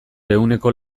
ehuneko